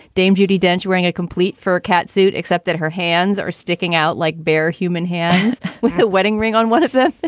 dame judi dench wearing a complete for cat catsuit, except that her hands are sticking out like bare human hands with a wedding ring on one of them.